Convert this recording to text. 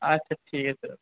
আচ্ছা ঠিক আছে রাখো